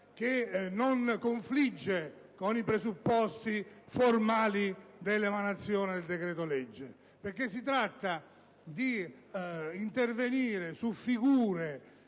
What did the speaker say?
che non confligge con i presupposti formali necessari per l'emanazione del decreto-legge. Si tratta di intervenire su figure